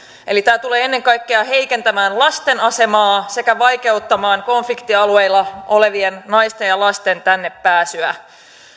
eli tämä tulee ennen kaikkea heikentämään lasten asemaa sekä vaikeuttamaan konfliktialueilla olevien naisten ja lasten tänne pääsyä